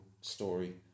story